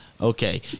Okay